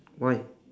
why